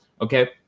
Okay